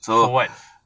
for what